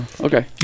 Okay